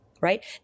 right